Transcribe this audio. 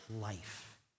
life